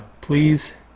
Please